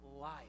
life